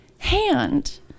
Hand